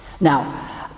Now